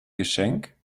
geschenk